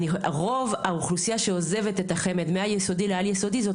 רוב האוכלוסיה שעוזבת את החמ"ד מהיסודי לעל יסודי זאת